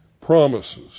promises